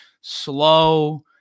slow